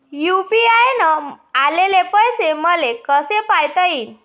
UPI न आलेले पैसे मले कसे पायता येईन?